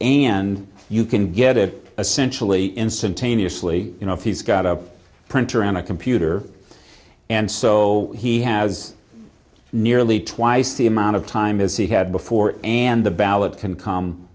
and you can get it essentially instantaneously you know if he's got a printer and a computer and so he has nearly twice the amount of time as he had before and the ballot can come